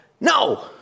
No